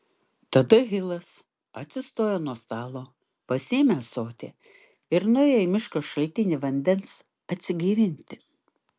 tada hilas atsistojo nuo stalo pasiėmė ąsotį ir nuėjo į miško šaltinį vandens atsigaivinti